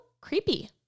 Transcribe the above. creepy